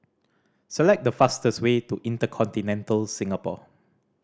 select the fastest way to InterContinental Singapore